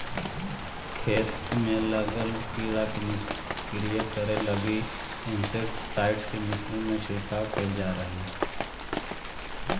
खेत में लगल कीड़ा के निष्क्रिय करे लगी इंसेक्टिसाइट्स् के मिश्रण के छिड़काव कैल जा हई